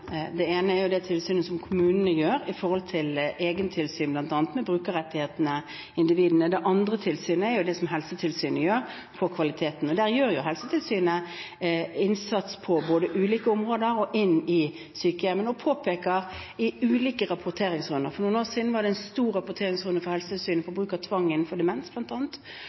Det ene er det egentilsynet som kommunene gjør bl.a. med hensyn til brukerrettighetene og individene. Det andre tilsynet er det som Helsetilsynet utøver når det gjelder kvaliteten, og der gjør Helsetilsynet en innsats på ulike områder, også i sykehjem. De påpeker forhold i ulike rapporteringsrunder – for noen år siden var det en stor rapporteringsrunde fra Helsetilsynet om bruk av tvang innenfor demens